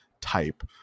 type